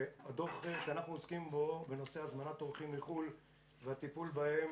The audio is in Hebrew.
הדוח שאנחנו עוסקים בו בנושא הזמנת אורחים מחו"ל והטיפול בהם